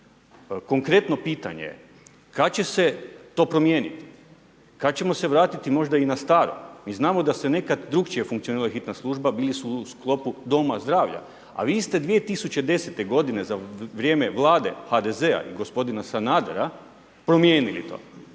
Konkretno pitanje je, kada će se to promijeniti? Kad ćemo se vratiti možda i na staro jer znamo da je nekad drukčije funkcionirala hitna služba. Bili su u sklopu doma zdravlja, a Vi ste 2010. godine, za vrijeme vlade HDZ-a i gospodina Sanadera promijenili to.